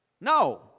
No